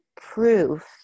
proof